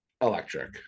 electric